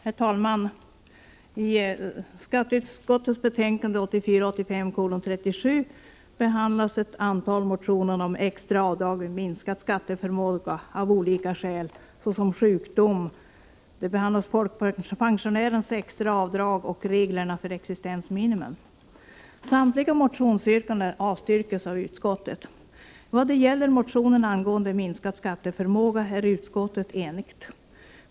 Herr talman! I skatteutskottets betänkande 1984/85:37 behandlas ett antal motioner om extra avdrag vid minskad skatteförmåga av olika skäl, t.ex. sjukdom. I betänkandet behandlas också frågan om folkpensionärernas extra avdrag samt reglerna för existensminimum. Samtliga motionsyrkanden avstyrks av utskottet. När det gäller motionerna angående minskad skatteförmåga är utskottet enigt.